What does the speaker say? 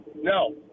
No